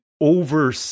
over